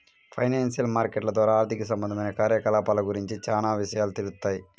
financial మార్కెట్ల ద్వారా ఆర్థిక సంబంధమైన కార్యకలాపాల గురించి చానా విషయాలు తెలుత్తాయి